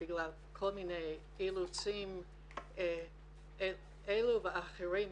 כל מיני אילוצים כאלו ואחרים,